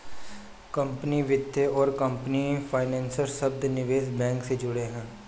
company वित्त और company financer शब्द निवेश बैंक से जुड़े हैं